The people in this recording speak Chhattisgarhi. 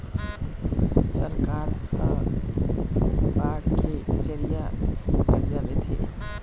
सरकार ह बांड के जरिया ही करजा लेथे